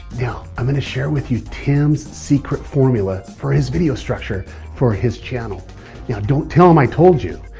now, i'm going to share with you tim's secret formula for his video structure for his channel. now yeah don't tell him i told you.